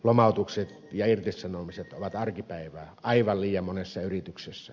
lomautukset ja irtisanomiset ovat arkipäivää aivan liian monessa yrityksessä